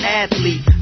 athlete